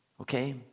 Okay